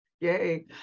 Yay